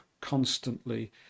constantly